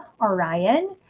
Orion